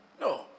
No